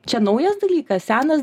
čia naujas dalykas senas